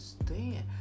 understand